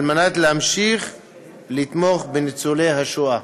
על מנת להמשיך לתמוך בניצולי השואה.